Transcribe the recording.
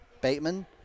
Bateman